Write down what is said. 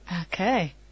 Okay